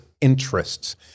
interests